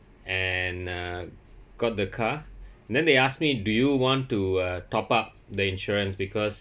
and uh got the car then they ask me do you want to uh top up the insurance because